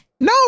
no